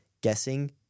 guessing